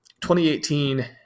2018